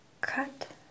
cut